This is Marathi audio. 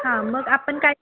हां मग आपण काय